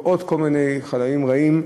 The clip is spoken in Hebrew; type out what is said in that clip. ועוד כל מיני חוליים רעים,